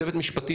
(שקף: צוות משפטי "חבילת חקיקה").